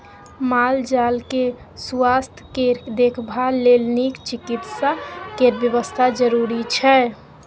माल जाल केँ सुआस्थ केर देखभाल लेल नीक चिकित्सा केर बेबस्था जरुरी छै